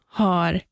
har